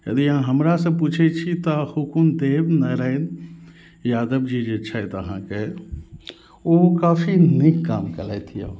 यदि अहाँ हमरा सँ पूछै छी तऽ हुकुनदेव नारायण यादव जी जे छथि अहाँके ओ काफी नीक काम केलथि यऽ